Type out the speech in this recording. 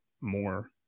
more